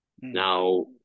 Now